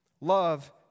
Love